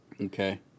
Okay